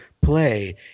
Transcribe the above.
play